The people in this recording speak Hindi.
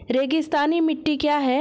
रेगिस्तानी मिट्टी क्या है?